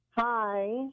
hi